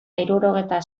hirurogeita